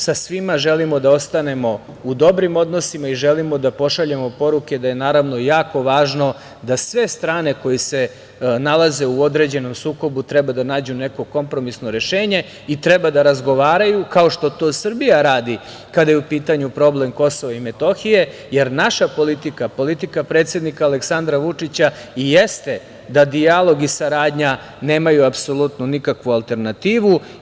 Sa svima želimo da ostanemo u dobrim odnosima i želimo da pošaljemo poruke da je naravno jako važno da sve strane koje se nalaze u određenom sukobu treba da nađu neko kompromisno rešenje i treba da razgovaraju, kao što to Srbija radi kada je u pitanju problem Kosova i Metohije, jer naša politika, politika predsednika Aleksandra Vučića, i jeste da dijalog i saradnja nemaju apsolutno nikakvu alternativu.